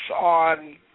On